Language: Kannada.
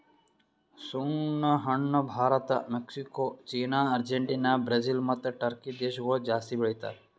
ಸುಣ್ಣ ಹಣ್ಣ Bharat, Mexico, China, Argentina, Brazil ಮತ್ತ ಟರ್ಕಿ ದೇಶಗೊಳ್ ಜಾಸ್ತಿ ಬೆಳಿತಾರ್